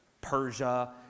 Persia